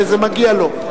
וזה מגיע לו.